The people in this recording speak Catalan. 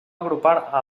agrupar